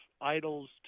idols